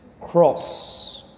cross